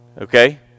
Okay